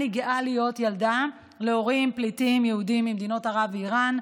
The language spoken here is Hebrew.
אני גאה להיות ילדה להורים פליטים יהודים ממדינות ערב ואיראן.